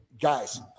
guys